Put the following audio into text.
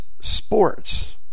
sports